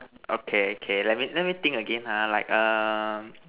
okay K let me let me think again ha like err